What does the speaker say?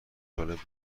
جالب